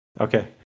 Okay